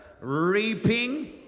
Reaping